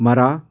ಮರ